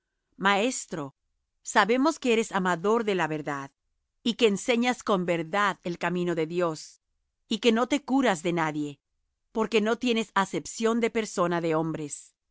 maestro sabemos que eres amador de la verdad y que enseñas con verdad el camino de dios y que no te curas de nadie porque no tienes acepción de persona de hombres